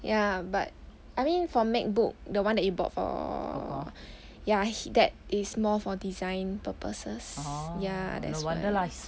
ya but I mean for macbook the one that you bought for ya h~ that is more for design purposes ya that's why